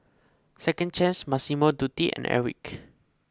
Second Chance Massimo Dutti and Airwick